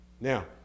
Now